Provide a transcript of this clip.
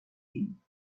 him